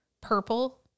purple